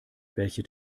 welche